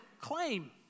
claim